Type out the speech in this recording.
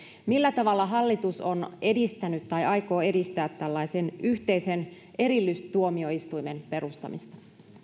millä tavalla hallitus on edistänyt tai aikoo edistää tällaisen yhteisen erillistuomioistuimen perustamista